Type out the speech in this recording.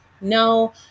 no